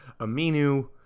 Aminu